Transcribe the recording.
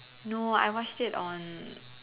no I watched it on